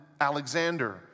Alexander